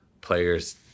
players